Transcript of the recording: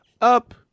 up